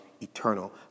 eternal